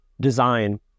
design